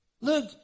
Look